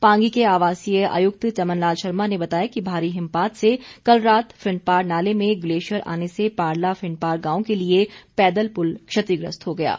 पांगी के आवासीय आयुक्त चमन लाल शर्मा ने बताया कि भारी हिमपात से कल रात फिंडपार नाले में ग्लेशियर आने से पारला फिंडपार गांव के लिए पैदल पुल क्षतिग्रस्त हो गया है